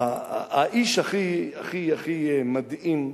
האיש הכי-הכי מדהים,